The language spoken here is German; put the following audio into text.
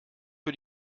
für